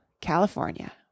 California